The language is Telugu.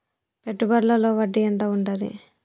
పెట్టుబడుల లో వడ్డీ ఎంత ఉంటది?